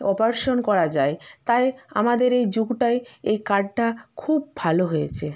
operation করা যায় তাই আমাদের এই যুগটায় এই কার্ডটা খুব ভালো হয়েছে